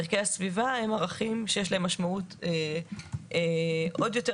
ערכי הסביבה הם ערכים שיש להם משמעות עוד יותר